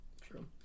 True